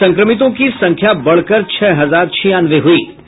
संक्रमितों की संख्या बढ़कर छह हजार छियानवे हुयी